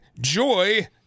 joy